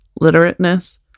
literateness